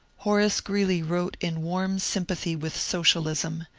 horace ghreeley wrote in warm sympathy with socialism,